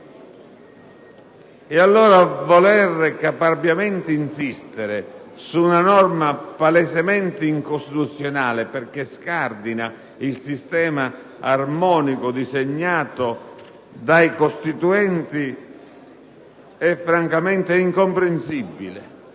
Voler insistere caparbiamente su una norma palesemente incostituzionale, perché scardina il sistema armonico disegnato dai costituenti, è francamente incomprensibile.